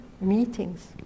meetings